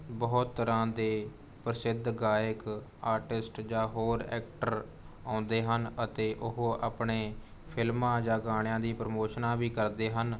ਬਹੁਤ ਤਰ੍ਹਾਂ ਦੇ ਪ੍ਰਸਿੱਧ ਗਾਇਕ ਆਰਟਿਸਟ ਜਾਂ ਹੋਰ ਐਕਟਰ ਆਉਂਦੇ ਹਨ ਅਤੇ ਉਹ ਆਪਣੇ ਫ਼ਿਲਮਾਂ ਜਾਂ ਗਾਣਿਆਂ ਦੀ ਪ੍ਰਮੋਸ਼ਨਾਂ ਵੀ ਕਰਦੇ ਹਨ